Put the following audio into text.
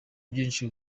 byinshi